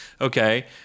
Okay